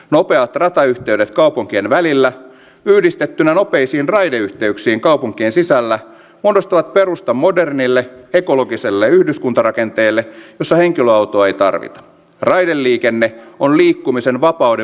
nopeat ratayhteydet kaupunkien välillä yhdistettynä nopeisiin raideyhteyksiin kaupunkien sisällä muodostavat perustan modernille ekologiselle yhdyskuntarakenteelle jossa henkilöautoa ei tarvita raideliikenne on liikkumisen vapauden modernisointia